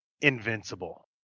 Invincible